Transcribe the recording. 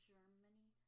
Germany